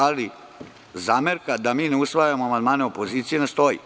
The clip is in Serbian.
Ali, zamerka da ne usvajamo amandmane opozicije ne stoji.